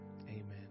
amen